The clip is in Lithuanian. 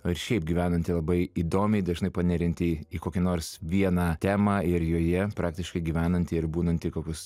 ir šiaip gyvenanti labai įdomiai dažnai panerianti į kokį nors vieną temą ir joje praktiškai gyvenanti ir būnanti kokius